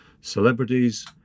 celebrities